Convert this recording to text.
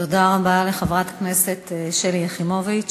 תודה רבה לחברת הכנסת שלי יחימוביץ.